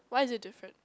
why is it different